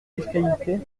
fiscalité